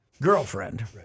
girlfriend